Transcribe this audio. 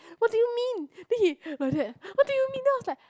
what do you mean then he like that what do you mean now like